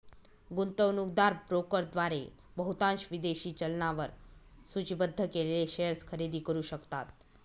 गुंतवणूकदार ब्रोकरद्वारे बहुतांश विदेशी चलनांवर सूचीबद्ध केलेले शेअर्स खरेदी करू शकतात